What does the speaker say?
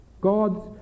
God's